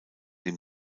dem